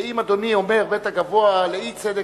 ואם אדוני אומר בית-המשפט הגבוה לאי-צדק,